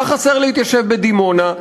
מה חסר כדי להתיישב בדימונה?